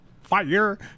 Fire